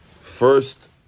first